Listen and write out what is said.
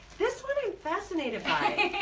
this one i'm fascinated by.